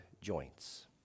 joints